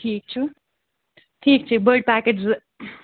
ٹھیٖک چھُ ٹھیٖک چھِ بٔڑۍ پاکٮ۪ٹ زٕ